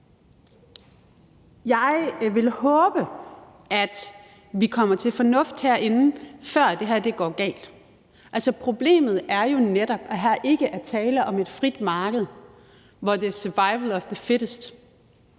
Jeg vil håbe, at vi kommer til fornuft herinde, før det her går galt. Problemet er jo netop, at her ikke er tale om et frit marked, hvor det er survival of the fittest.